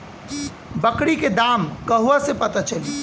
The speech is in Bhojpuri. बकरी के दाम कहवा से पता चली?